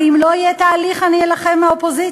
ואם לא יהיה תהליך אני אלחם מהאופוזיציה.